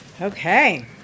Okay